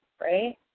right